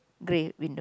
grey window